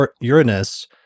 Uranus